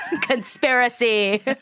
Conspiracy